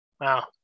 Wow